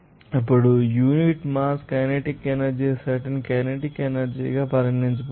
ఇప్పుడు unit mass కికైనెటిక్ energy certain kinetic energy గా పరిగణించబడుతుంది